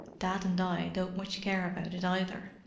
dad and i don't much care about it either.